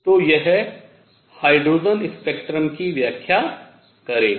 तो यह hydrogen spectrum की व्याख्या करेगा